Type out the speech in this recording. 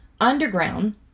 Underground